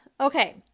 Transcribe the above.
okay